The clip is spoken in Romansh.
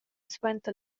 suenter